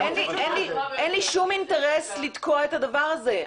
אין לי שום אינטרס לתקוע את הדבר הזה.